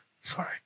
Sorry